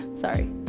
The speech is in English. Sorry